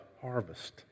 Harvest